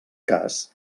cas